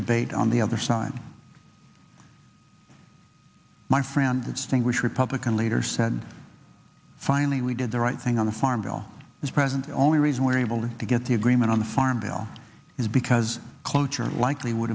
debate on the other side my friend distinguish republican leader said finally we did the right thing on the farm bill is present the only reason we're able to get the agreement on the farm bill is because cloture likely would